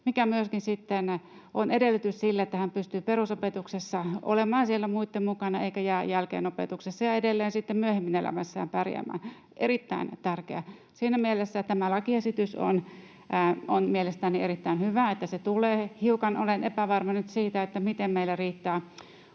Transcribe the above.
mikä myöskin sitten on edellytys sille, että hän pystyy perusopetuksessa olemaan muitten mukana eikä jää jälkeen opetuksessa ja edelleen sitten myöhemmin elämässään pärjäämään. Siinä mielessä on mielestäni erittäin hyvä, että tämä lakiesitys tulee. Hiukan olen epävarma nyt siitä, miten meillä riittää